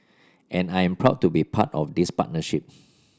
and I am proud to be part of this partnership